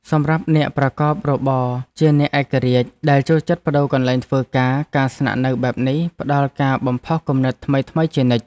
សម្រាប់អ្នកប្រកបរបរជាអ្នកឯករាជ្យដែលចូលចិត្តប្ដូរកន្លែងធ្វើការការស្នាក់នៅបែបនេះផ្ដល់ការបំផុសគំនិតថ្មីៗជានិច្ច។